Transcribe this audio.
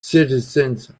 citizens